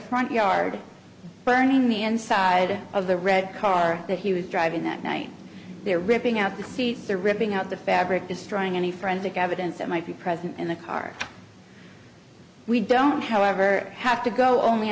front yard burning the inside of the red car that he was driving that night they're ripping out the seats they're ripping out the fabric destroying any forensic evidence that might be present in the car we don't however have to go only